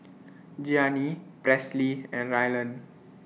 Gianni Presley and Ryland